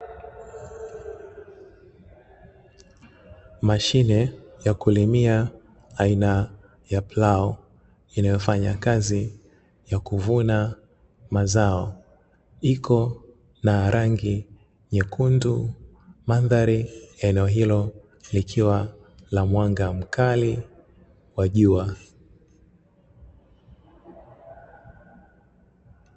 Mashine ya kulimia aina ya plau, inayofanya kazi ya kuvuna mazao, iko na rangi nyekundu. Mandhari ya eneo hilo ikiwa na mwanga mkali wa jua.